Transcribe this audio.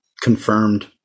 confirmed